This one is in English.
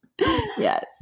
Yes